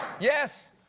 yes,